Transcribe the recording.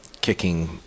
kicking